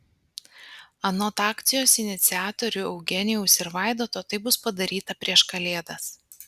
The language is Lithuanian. anot akcijos iniciatorių eugenijaus ir vaidoto tai bus padaryta prieš kalėdas